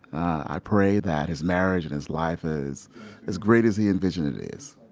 i pray that his marriage and his life is as great as he envisions it is.